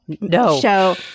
No